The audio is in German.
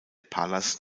palas